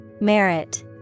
Merit